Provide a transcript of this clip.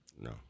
No